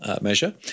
measure